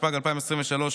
התשפ"ג 2023,